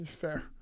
Fair